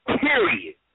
Period